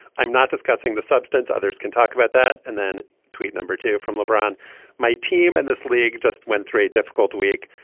i'm not discussing the substance others can talk about that and then tweet number two from lebron my team and this league just went through a difficult week.